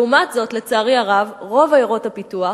לעומת זאת, לצערי הרב, רוב עיירות הפיתוח,